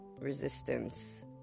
resistance